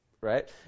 Right